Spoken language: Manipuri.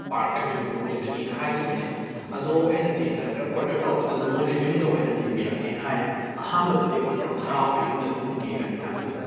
ꯄꯥꯔꯛ ꯑꯦꯕꯦꯅ꯭ꯌꯨ ꯑꯣꯏꯒꯅꯤꯅ ꯍꯥꯏꯈꯤꯕꯅꯦ ꯑꯗꯣ ꯑꯩꯅ ꯆꯦꯟꯖꯈ꯭ꯔꯦ ꯑꯣꯔꯗꯔ ꯇꯧꯕꯗꯨꯅ ꯃꯣꯏꯅ ꯌꯨꯝꯗ ꯑꯣꯏꯅ ꯊꯤꯟꯕꯤꯔꯛꯀꯦꯅ ꯍꯥꯏꯔꯦ ꯑꯍꯥꯟꯕꯗꯗꯤ ꯑꯩꯁꯦ ꯌꯥꯝꯅ ꯍꯔꯥꯎꯈ꯭ꯔꯦ ꯌꯨꯝꯗ ꯑꯗꯨꯝ ꯊꯤꯟꯕꯤꯔꯛꯑꯅꯤ ꯍꯥꯏꯕꯗꯨꯗ